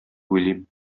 уйлыйм